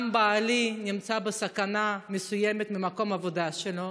גם בעלי נמצא בסכנה מסוימת במקום העבודה שלו,